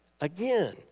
again